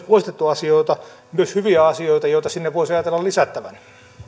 poistettu asioita myös hyviä asioita joita sinne voisi ajatella lisättävän